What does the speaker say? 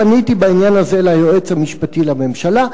פניתי בעניין הזה ליועץ המשפטי לממשלה.